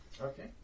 Okay